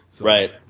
Right